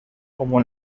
como